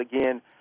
again